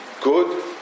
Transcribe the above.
good